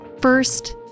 first